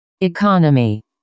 Economy